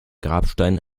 grabstein